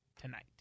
tonight